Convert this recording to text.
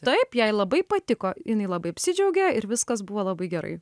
taip jai labai patiko jinai labai apsidžiaugė ir viskas buvo labai gerai